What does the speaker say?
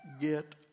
get